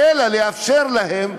אלא לאפשר להם,